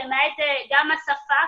גם השפה,